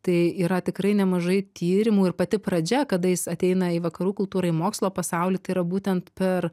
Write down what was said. tai yra tikrai nemažai tyrimų ir pati pradžia kada jis ateina į vakarų kultūrą į mokslo pasaulį tai yra būtent per